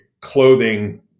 clothing